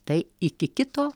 tai iki kito